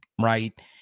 right